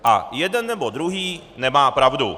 A jeden nebo druhý nemá pravdu.